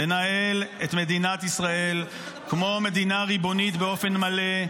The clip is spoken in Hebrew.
לנהל את מדינת ישראל כמו מדינה ריבונית באופן מלא,